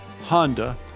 Honda